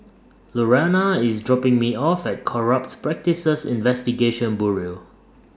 Lurana IS dropping Me off At Corrupt Practices Investigation Bureau